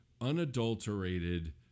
unadulterated